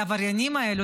העבריינים האלה,